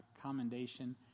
commendation